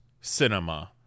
cinema